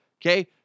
Okay